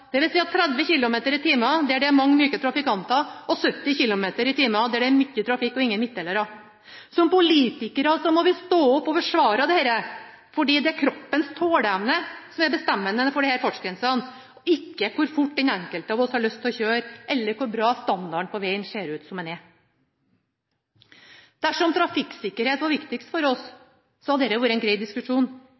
nullvisjonsfartsgrenser, dvs. 30 km/t der det er mange myke trafikanter, og 70 km/t der det er mye trafikk og ingen midtdelere. Som politikere må vi stå opp og forsvare dette, for det er kroppens tåleevne som er bestemmende for disse fartsgrensene, ikke hvor fort den enkelte av oss har lyst til å kjøre, eller hvor bra standarden på vegen ser ut til å være. Dersom trafikksikkerhet var viktigst for oss, hadde dette vært en grei diskusjon.